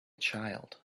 child